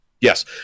Yes